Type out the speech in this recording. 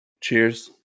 Cheers